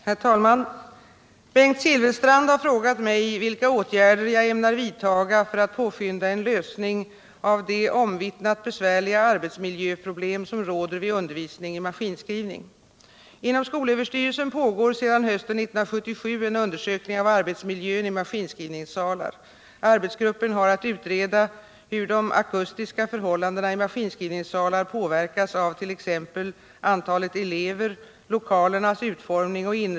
Herr talman! Bengt Silfverstrand har frågat mig vilka åtgärder jag ämnar vidtaga för att påskynda en lösning av de omvittnat besvärliga arbetsmiljöproblem som råder vid undervisning i maskinskrivning. Inom skolöverstyrelsen pågår sedan hösten 1977 en undersökning av arbetsmiljön i maskinskrivningssalar. Arbetsgruppen har att utreda hur de akustiska förhållandena i maskinskrivningssalar påverkas av t.ex.